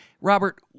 robert